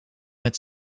met